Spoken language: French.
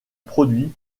produit